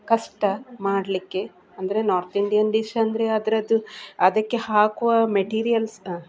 ಕಷ್ಟ ಮಾಡಲಿಕ್ಕೆ ಅಂದರೆ ನಾರ್ತ್ ಇಂಡಿಯನ್ ಡಿಶ್ ಅಂದರೆ ಅದರದ್ದು ಅದಕ್ಕೆ ಹಾಕುವ ಮೆಟೀರಿಯಲ್ಸ್